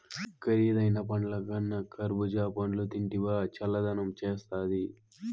కరీదైన పండ్లకన్నా కర్బూజా పండ్లు తింటివా చల్లదనం చేస్తాది